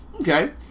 Okay